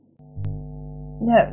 No